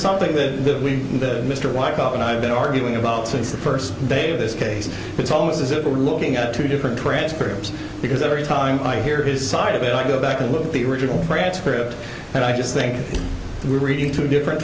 something that we that mr walk up and i've been arguing about since the first day of this case and it's almost as if we're looking at two different transcripts because every time i hear his side of it i go back and look at the original transcript and i just think we're reading too different